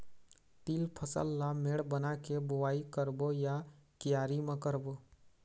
तील फसल ला मेड़ बना के बुआई करबो या क्यारी म करबो?